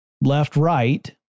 left-right